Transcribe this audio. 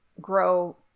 grow